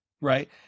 right